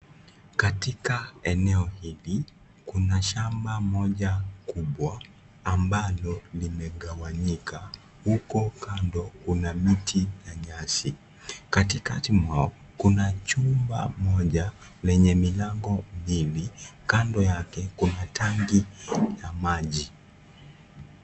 Katika eneo hili, kuna shamba Moja kubwa ambalo limegawanyika, huko kando Kuna miti na nyasi. Katikati mwao Kuna chumba Moja lenye milango mbili, kando yake Kuna tanki la maji